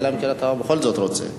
אלא אם אתה בכל זאת רוצה.